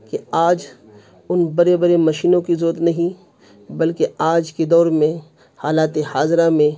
کہ آج ان برے برے مشینوں کی ضرورت نہیں بلکہ آج کی دور میں حالات حاضرہ میں